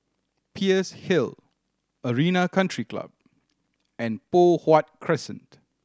Peirce Hill Arena Country Club and Poh Huat Crescent